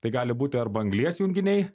tai gali būti arba anglies junginiai